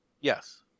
Yes